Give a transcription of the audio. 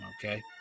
Okay